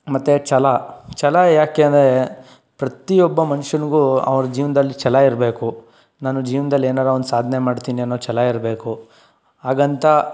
ಮತ್ತು ಛಲ ಛಲ ಯಾಕೆ ಅಂದರೆ ಪ್ರತಿಯೊಬ್ಬ ಮನುಷ್ಯನ್ಗೂ ಅವ್ರು ಜೀವನದಲ್ಲಿ ಛಲ ಇರಬೇಕು ನಾನು ಜೀವನ್ದಲ್ಲಿ ಏನಾರೂ ಒಂದು ಸಾಧನೆ ಮಾಡ್ತೀನಿ ಅನ್ನೊ ಛಲ ಇರಬೇಕು ಹಾಗಂತ